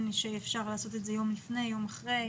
אם אפשר לעשות את זה יום לפני או יום אחרי.